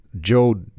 Joe